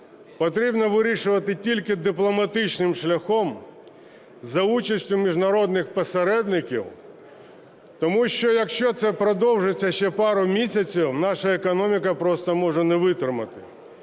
потрібно вирішувати тільки дипломатичним шляхом, за участю міжнародних посередників, тому що, якщо це продовжиться ще пару місяців, наша економіка просто може не витримати.